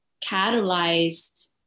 catalyzed